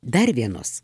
dar vienos